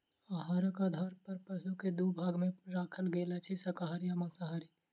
आहारक आधार पर पशु के दू भाग मे राखल गेल अछि, शाकाहारी आ मांसाहारी